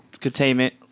containment